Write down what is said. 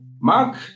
Mark